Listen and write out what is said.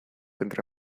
entre